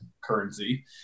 currency